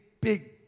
big